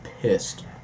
pissed